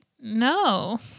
no